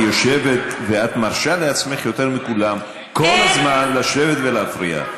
את יושבת ואת מרשה לעצמך יותר מכולם כל הזמן לשבת ולהפריע.